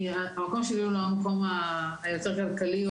המקום שלי הוא לא המקום היותר כלכלי או